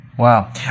Wow